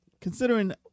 considering